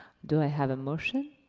do i have a motion?